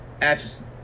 Atchison